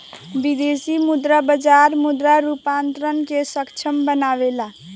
विदेशी मुद्रा बाजार मुद्रा रूपांतरण के सक्षम बनावेला